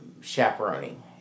chaperoning